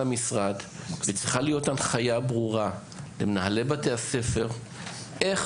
וצריכה להיות הנחיה ברורה למנהלי בתי הספר איך,